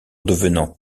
devenant